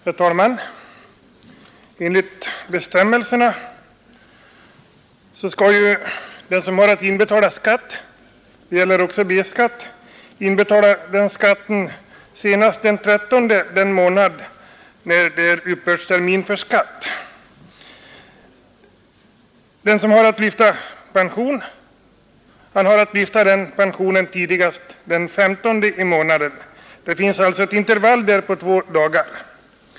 Herr talman! Enligt bestämmelserna skall ju den som har att inbetala skatt — det gäller också B-skatt — göra det senast den 13 den månad när det är uppbördstermin. Den som har att lyfta pension kan göra det tidigast den 15 i månaden. Där finns alltså ett intervall på två dagar.